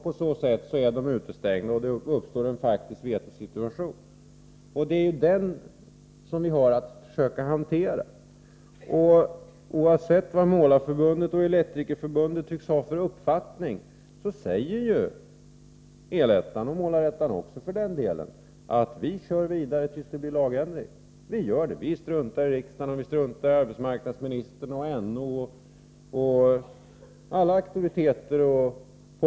På så sätt är de utestängda, och det uppstår en faktisk vetosituation. Det är den situationen som vi skall försöka hantera. Oavsett vad Målarförbundet och Elektrikerförbundet tycks ha för uppfattning säger El-ettan och Målar-ettan att de kör vidare tills det blir lagändring. Vi struntar i riksdagen och vi struntar i arbetsmarknadsministern, NO och alla auktoriteter på området, säger de.